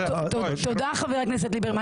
תודה חבר הכנסת ליברמן,